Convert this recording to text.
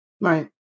Right